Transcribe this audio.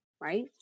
Right